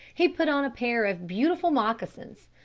he put on a pair of beautiful moccasins,